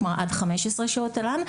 כלומר עד 15 שעות תל"ן.